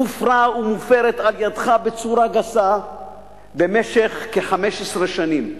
הופרה ומופרת על-ידך בצורה גסה במשך כ-15 שנים,